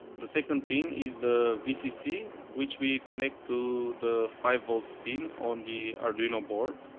the second pin is the vcc which we connect to the five volts pin on the arduino board.